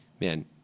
man